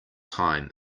time